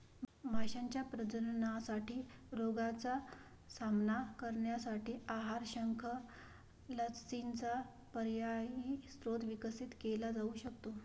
माशांच्या प्रजननासाठी रोगांचा सामना करण्यासाठी आहार, शंख, लसींचा पर्यायी स्रोत विकसित केला जाऊ शकतो